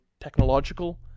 technological